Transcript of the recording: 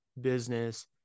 business